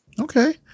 Okay